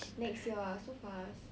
next year ah so fast